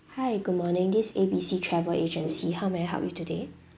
hi good morning this A B C travel agency how may I help you today